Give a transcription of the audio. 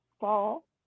fall